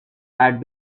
had